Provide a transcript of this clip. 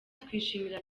twishimira